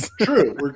True